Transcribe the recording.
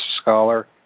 scholar